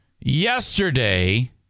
Yesterday